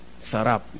sarap